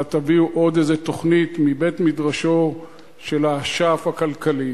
אלא תביאו עוד איזו תוכנית מבית-מדרשו של האשף הכלכלי,